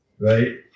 right